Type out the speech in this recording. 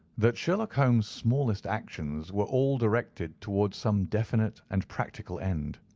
that sherlock holmes' smallest actions were all directed towards some definite and practical end.